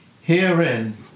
Herein